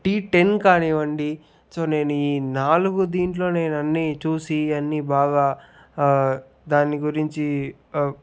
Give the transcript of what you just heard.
T ten కానివ్వండి so నేను ఈ నాలుగు దీంట్లో నేను అన్ని చూసి అన్నీ బాగా దాన్ని గురించి